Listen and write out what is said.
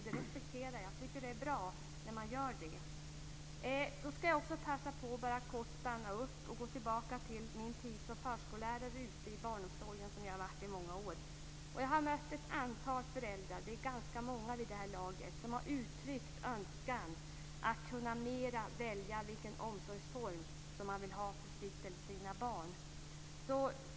Det respekterar jag, och det är bra att göra det. Då skall jag också passa på att kort stanna upp och gå tillbaka till mina många år som förskolelärare ute i barnomsorgen. Jag har mött många föräldrar som har uttryckt önskan att mer kunna välja vilken omsorgsform de vill ha för sina barn.